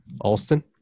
Alston